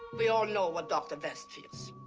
we all know what dr. west feels.